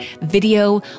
video